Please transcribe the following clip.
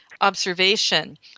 observation